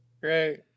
great